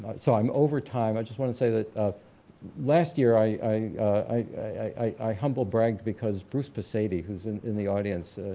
so i'm over time, i just want to say that last year i i humble bragged because bruce but psaty, who's in the audience,